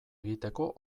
egiteko